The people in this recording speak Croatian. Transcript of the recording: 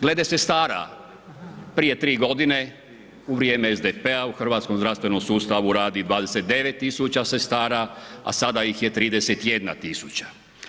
Glede sestara prije tri godine u vrijeme SDP-a u hrvatskom zdravstvenom sustavu radi 29.000 sestara, a sada ih je 31.000.